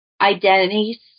identities